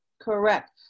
Correct